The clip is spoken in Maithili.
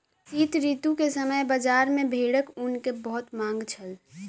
शीत ऋतू के समय बजार में भेड़क ऊन के बहुत मांग छल